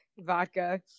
vodka